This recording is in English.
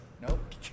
nope